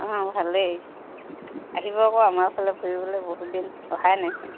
অ ভালেই আহিব আকৌ আমাৰ ফালে ফুৰিবলৈ বহুত দিন অহায়ে নাইচোন